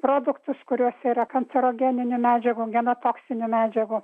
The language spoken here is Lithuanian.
produktus kuriuose yra kancerogeninių medžiagų gana toksinių medžiagų